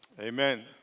Amen